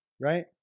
right